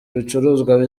ibicuruzwa